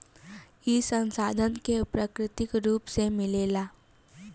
ई संसाधन के प्राकृतिक रुप से मिलेला